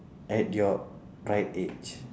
at your right age